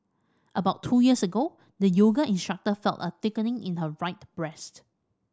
about two years ago the yoga instructor felt a thickening in her right breast